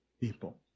people